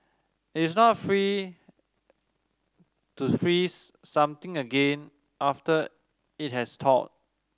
it is not free to freeze something again after it has thawed